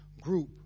group